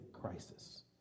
crisis